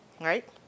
Right